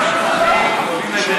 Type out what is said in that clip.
אני הצעתי.